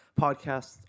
podcasts